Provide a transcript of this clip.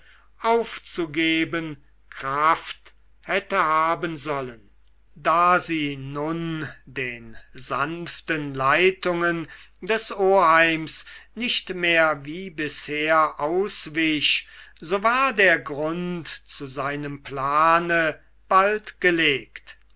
aufzugeben kraft hätte haben sollen da sie nun den sanften leitungen des oheims nicht mehr wie bisher auswich so war der grund zu seinem plane bald gelegt